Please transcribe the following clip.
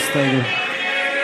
ההסתייגות (7)